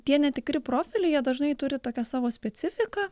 tie netikri profiliai jie dažnai turi tokią savo specifiką